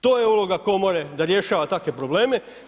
To je uloga Komore da rješava takve probleme.